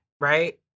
right